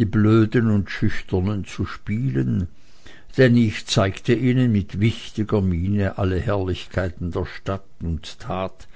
die blöden und schüchternen zu spielen denn ich zeigte ihnen mit wichtiger miene alle herrlichkeiten der stadt und tat